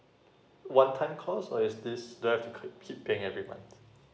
one time cost or is this do I have to keep paying every month